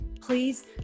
please